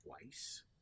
twice